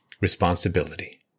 responsibility